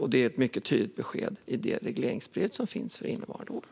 Och det är ett mycket tydligt besked i det regleringsbrev som finns för innevarande år.